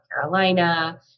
Carolina